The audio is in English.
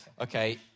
Okay